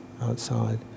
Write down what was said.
outside